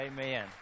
Amen